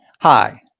Hi